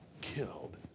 killed